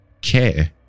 care